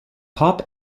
pop